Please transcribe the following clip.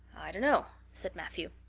i dunno, said matthew.